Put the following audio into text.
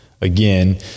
again